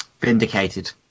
Vindicated